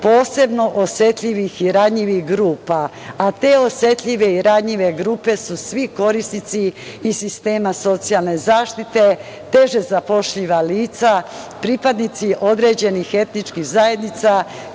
posebno osetljivih i ranjivih grupa, a te osetljive i ranjive grupe su svi korisnici iz sistema socijalne zaštite, teže zapošljiva lica, pripadnici određenih etničkih zajednica,